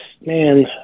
man